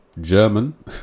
German